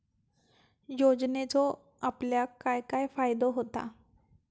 योजनेचो आपल्याक काय काय फायदो होता?